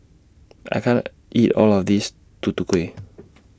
I can't eat All of This Tutu Kueh